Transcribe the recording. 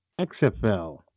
XFL